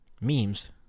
Memes